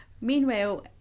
meanwhile